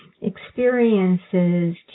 experiences